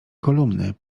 kolumny